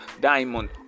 diamond